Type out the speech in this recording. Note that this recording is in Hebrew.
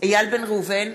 איל בן ראובן,